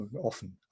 often